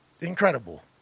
Incredible